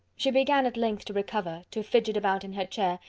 she began at length to recover, to fidget about in her chair,